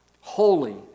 holy